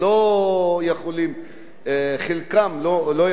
וחלקם לא יכולים לשלם את כל הסכום.